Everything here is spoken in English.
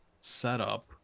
setup